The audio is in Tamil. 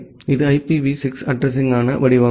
எனவே இது IPv6 அட்ரஸிங்க்கான வடிவம்